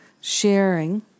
sharing